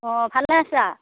অ' ভালে আছা